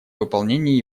выполнении